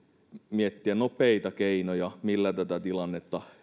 miettiä nopeita keinoja millä tätä tilannetta